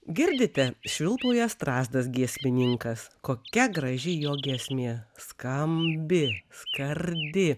girdite švilpauja strazdas giesmininkas kokia graži jo giesmė skambi skardi